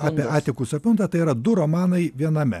apie atikus epiundą tai yra du romanai viename